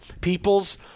People's